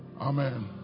Amen